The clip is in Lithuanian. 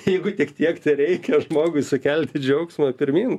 jeigu tik tiek tereikia žmogui sukelti džiaugsmo pirmyn